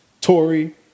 Tory